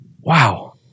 Wow